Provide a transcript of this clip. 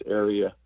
area